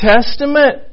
Testament